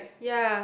ya